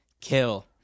kill